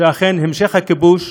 שאכן המשך הכיבוש,